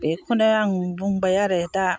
बेखौनो आं बुंबाय आरो दा